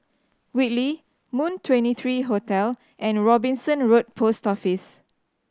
Whitley Moon Twenty three Hotel and Robinson Road Post Office